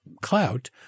clout